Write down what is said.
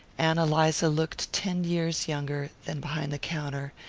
ann eliza looked ten years younger than behind the counter,